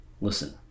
Listen